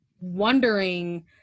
wondering